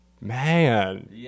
man